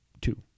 two